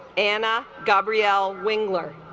anna gabrielle wingler